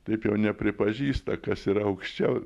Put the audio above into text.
taip jau nepripažįsta kas yra aukščiau